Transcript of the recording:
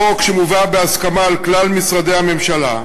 החוק, שמובא בהסכמה של כלל משרדי הממשלה,